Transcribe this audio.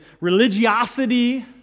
religiosity